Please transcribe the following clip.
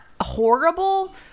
horrible